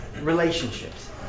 relationships